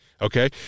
Okay